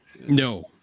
No